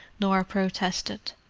norah protested.